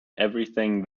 everything